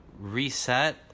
reset